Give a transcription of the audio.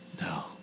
No